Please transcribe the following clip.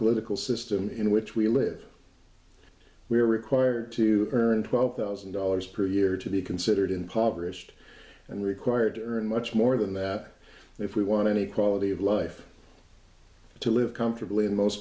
political system in which we live we are required to earn twelve thousand dollars per year to be considered impoverished and required to earn much more than that and if we want any quality of life to live comfortably in most